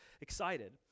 excited